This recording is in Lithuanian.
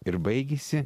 ir baigėsi